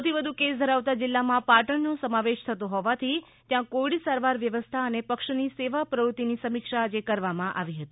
સૌથી વધુ કેસ ધરાવતા જિલ્લામાં પાટણનો સમાવેશ થતો હોવાથી ત્યાં કોવિડ સારવાર વ્યવસ્થા અને પક્ષની સેવા પ્રવૃતિની સમિક્ષા આજે કરવામાં આવી હતી